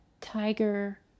tiger